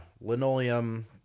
Linoleum